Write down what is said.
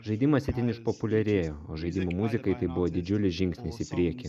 žaidimas itin išpopuliarėjo o žaidimų muzikai tai buvo didžiulis žingsnis į priekį